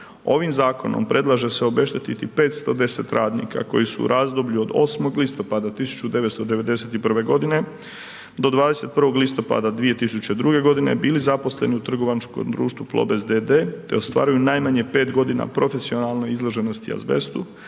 ovim zakonom predlaže se obeštetiti 510 radnika koji su u razdoblju od 8. listopada 1991. g. do 21. listopada 2002. g. bili zaposleni u trgovačkom društvu Plobest d.d. te ostvarili najmanje 5 godina profesionalne izloženosti azbestu,